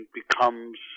becomes